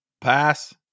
Pass